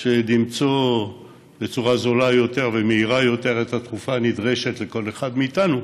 של למצוא בצורה זולה יותר ומהירה יותר את התרופה הנדרשת לכל אחד מאיתנו,